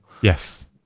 yes